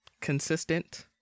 consistent